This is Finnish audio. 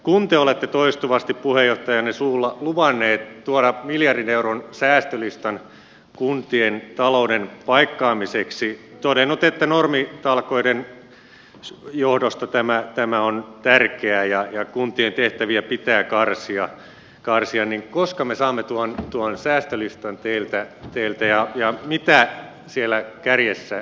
kun te olette toistuvasti puheenjohtajanne suulla luvanneet tuoda miljardin euron säästölistan kuntien talouden paikkaamiseksi todennut että normitalkoiden johdosta tämä on tärkeää ja kuntien tehtäviä pitää karsia niin koska me saamme tuon säästölistan teiltä ja mitä siellä kärjessä on